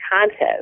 contest